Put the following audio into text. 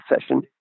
session